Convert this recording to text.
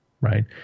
right